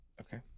Okay